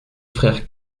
frère